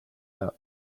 out